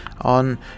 on